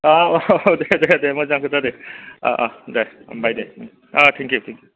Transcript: औ औ दे दे मोजां खोथा दे दे हामबाय दो थेंकिउ थेंकिउ